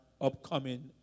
upcoming